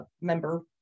member